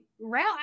route